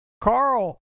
carl